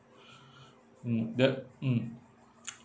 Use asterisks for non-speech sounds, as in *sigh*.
*breath* mm that mm *noise*